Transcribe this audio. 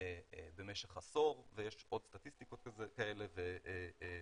במשך עשור, ויש עוד סטטיסטיקות כאלה ומחקרים.